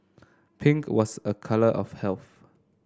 pink was a colour of health